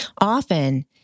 often